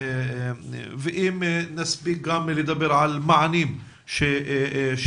ואם נספיק גם לדבר על מענים שניתנים.